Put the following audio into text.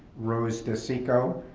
rose disico,